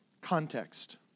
context